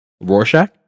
Rorschach